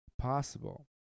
possible